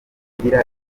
igira